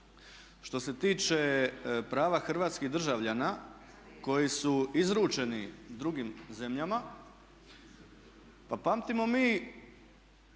što se tiče prava hrvatskih državljana koji su izručeni drugim zemljama pa pamtimo mi